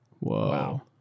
Wow